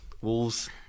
Wolves